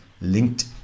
linked